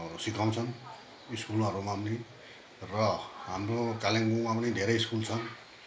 सिकाउँछन् स्कुलहरूमा पनि र हाम्रो कालिम्पोङमा पनि धेरै स्कुल छ